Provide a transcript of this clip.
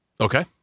Okay